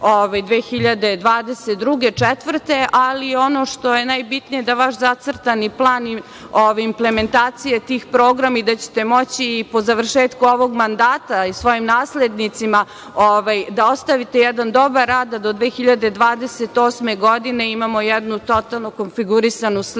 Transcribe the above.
2024. godine. Ono što je najbitnije je da vaš zacrtani plan ove implementacije tih programa i da ćete moći i po završetku ovog mandata i svojim naslednicima da ostavite jedan dobar rad, da do 2028. godine imamo jednu totalnu konfigurisanu sliku